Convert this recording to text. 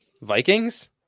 Vikings